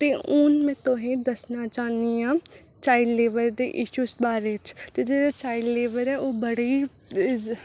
हून तुसें गी दस्सना चाह्न्नी आं चाइल्ड लेबर दे इशू दे बारे च ते जेहड़े चाइल्ड लेबर ओह् बड़ी गै